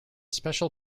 special